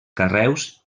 carreus